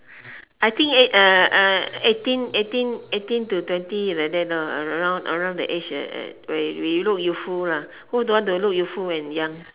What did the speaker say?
I think eight uh uh eighteen eighteen eighteen to twenty like that lah around that age like you look youthful lah who don't want to look youthful when young